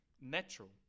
natural